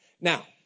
Now